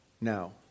Now